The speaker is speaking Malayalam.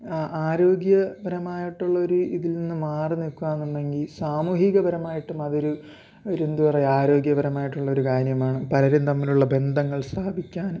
ആ ആരോഗ്യപരമായിട്ടുള്ള ഒരു ഇതില് നിന്ന് മാറി നിൽക്കുന്നുണ്ടെങ്കിൽ സാമൂഹികപരമായിട്ടും അതൊരു ഒരു എന്താ പറയുക ആരോഗ്യപരമായിട്ടുള്ളൊരു കാര്യമാണ് പലരും തമ്മിലുള്ള ബന്ധങ്ങള് സ്താപിക്കാനും